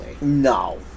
No